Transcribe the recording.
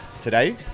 Today